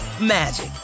magic